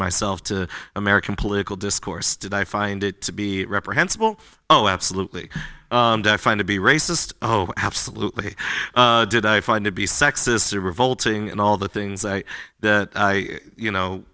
myself to american political discourse did i find it to be reprehensible oh absolutely i find to be racist oh absolutely did i find to be sexist or revolting and all the things i that i you know